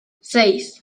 seis